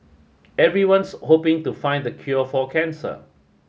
everyone's hoping to find the cure for cancer